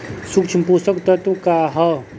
सूक्ष्म पोषक तत्व का ह?